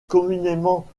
communément